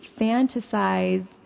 fantasize